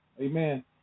amen